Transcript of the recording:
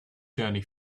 journey